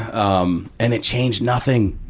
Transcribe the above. um. and it changed nothing.